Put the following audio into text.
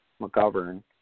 McGovern